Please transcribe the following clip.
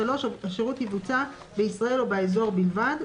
השירות יבוצע בישראל או באזור בלבד.